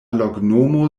loknomo